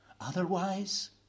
Otherwise